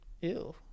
ew